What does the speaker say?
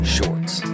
Shorts